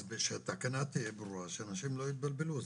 אז שהתקנה תהיה ברורה, שאנשים לא יתבלבלו.